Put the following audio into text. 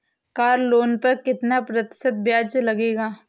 Car loan पर कितना प्रतिशत ब्याज लगेगा?